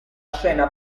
scena